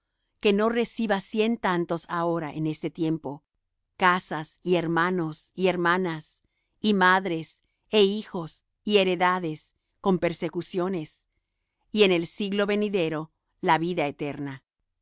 que no reciba cien tantos ahora en este tiempo casas y hermanos y hermanas y madres é hijos y heredades con persecuciones y en el siglo venidero la vida eterna